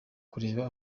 kureba